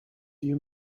you